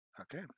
Okay